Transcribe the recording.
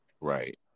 right